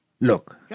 Look